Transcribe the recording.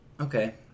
okay